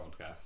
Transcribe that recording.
podcast